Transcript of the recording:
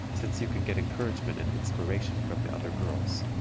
since you can get encouragement and inspiration from the other girls.